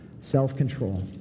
self-control